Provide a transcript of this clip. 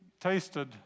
tasted